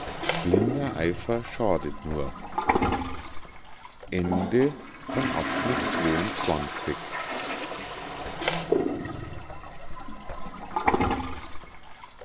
blinder eifer schadet nur